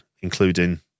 including